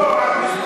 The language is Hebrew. לא, לא, לא.